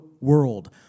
world